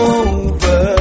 over